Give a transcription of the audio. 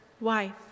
wife